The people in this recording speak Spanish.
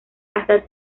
hasta